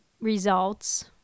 results